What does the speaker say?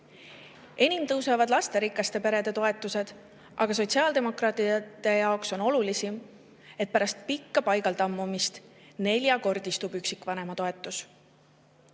Enim tõusevad lasterikaste perede toetused, aga sotsiaaldemokraatide jaoks on olulisim, et pärast pikka paigaltammumist neljakordistub üksikvanematoetus.